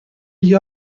gli